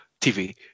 TV